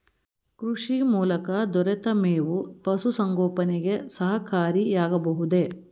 ಕೃಷಿ ಮೂಲಕ ದೊರೆತ ಮೇವು ಪಶುಸಂಗೋಪನೆಗೆ ಸಹಕಾರಿಯಾಗಬಹುದೇ?